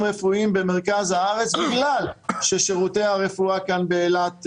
רפואיים במרכז הארץ בגלל ששירותי הרפואה כאן באילת,